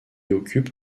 occupe